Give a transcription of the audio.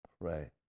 pray